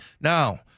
now